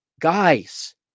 guys